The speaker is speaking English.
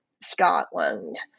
Scotland